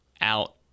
out